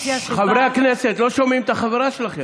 חברי הכנסת, לא שומעים את החברה שלכם.